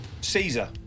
Caesar